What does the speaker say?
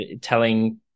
telling